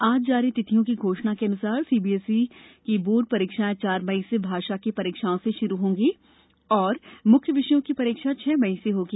आज जारी तिथियों की घोषणा के अनुसार सीबीएसई की बोर्ड परीक्षाएं चार मई से भाषा की परीक्षाओं से शुरू होंगी तथा मुख्य विषयों की परीक्षा छह मई से होंगी